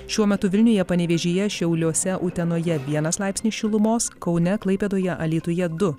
šiuo metu vilniuje panevėžyje šiauliuose utenoje vienas laipsnis šilumos kaune klaipėdoje alytuje du